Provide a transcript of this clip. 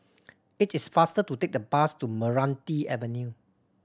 it is faster to take the bus to Meranti Avenue